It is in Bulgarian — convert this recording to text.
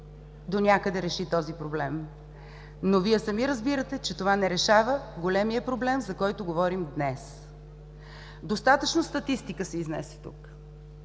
донякъде реши този проблем. Но, Вие сами разбирате, че това не решава големия проблем, за който говорим днес. Достатъчно статистика се изнесе тук